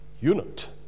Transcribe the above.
unit